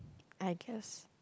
I guess